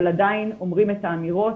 אבל עדיין אומרים את האמירות